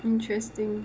interesting